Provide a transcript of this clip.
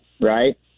right